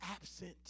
absent